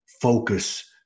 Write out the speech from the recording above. focus